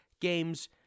games